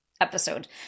episode